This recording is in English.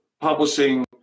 publishing